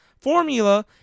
Formula